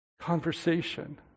conversation